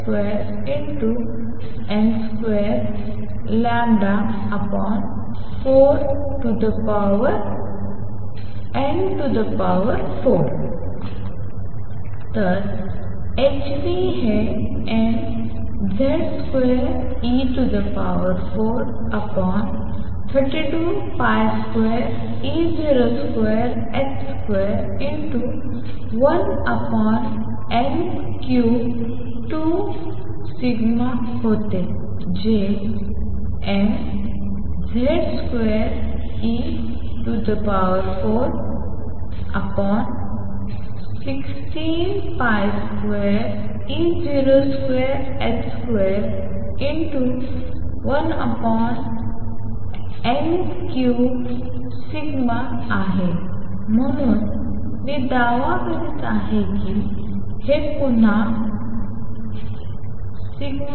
तर h ν हे mZ2e432202h21n32τ होते जे mZ2e416202h21n3 आहे म्हणून मी दावा करीत आहे की हे पुन्हा classicalh